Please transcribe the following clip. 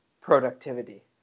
productivity